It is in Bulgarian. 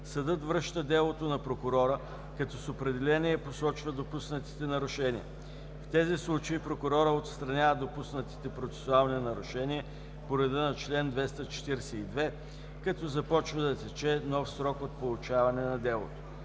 съдът връща делото на прокурора, като с определение посочва допуснатите нарушения. В тези случаи прокурорът отстранява допуснатите процесуални нарушения по реда на чл. 242, като започва да тече нов срок от получаване на делото.